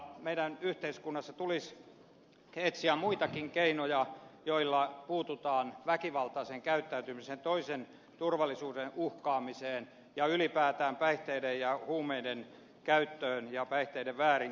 meidän yhteiskunnassa tulisi etsiä muitakin keinoja joilla puututaan väkivaltaiseen käyttäytymiseen toisen turvallisuuden uhkaamiseen ja ylipäätään päihteiden ja huumeiden käyttöön ja päihteiden väärinkäyttöön